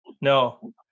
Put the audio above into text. No